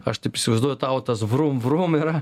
aš taip įsivaizduoju tau tas vrum vrum yra